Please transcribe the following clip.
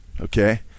Okay